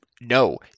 No